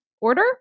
order